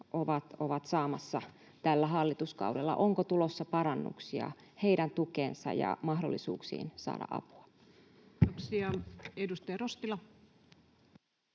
ovat saamassa tällä hallituskaudella: onko tulossa parannuksia heidän tukeensa ja mahdollisuuksiinsa saada apua? Kiitoksia. — Edustaja Rostila.